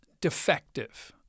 defective